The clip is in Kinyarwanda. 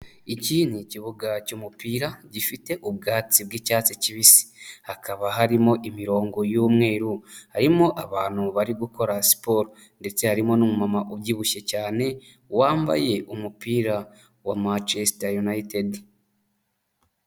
Iki ni ikibuga cy'umupira, gifite ubwatsi bw'icyatsi kibisi. Hakaba harimo imirongo y'umweru. Harimo abantu bari gukora siporo ndetse harimo n'umumama ubyibushye cyane wambaye umupira wa Macyesita yunayitedi.